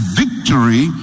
victory